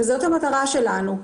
וזאת המטרה שלנו,